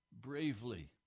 bravely